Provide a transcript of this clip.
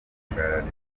inyarwanda